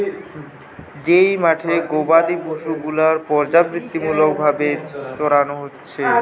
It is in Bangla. যেই মাঠে গোবাদি পশু গুলার পর্যাবৃত্তিমূলক ভাবে চরানো হচ্ছে